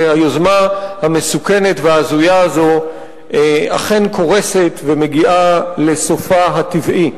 שהיוזמה המסוכנת וההזויה הזאת אכן קורסת ומגיעה לסופה הטבעי.